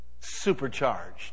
Supercharged